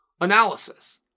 analysis